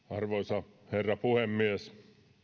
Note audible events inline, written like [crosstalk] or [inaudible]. [unintelligible] arvoisa herra puhemies